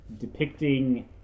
depicting